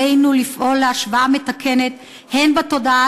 עלינו לפעול להשוואה מתקנת הן בתודעה